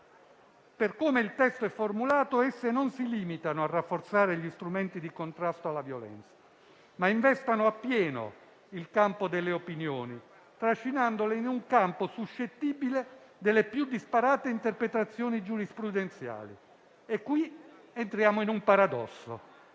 per come il testo è formulato esse non si limitano a rafforzare gli strumenti di contrasto alla violenza, ma investono appieno l'ambito delle opinioni, trascinandole in un campo suscettibile delle più disparate interpretazioni giurisprudenziali. E qui entriamo in un paradosso.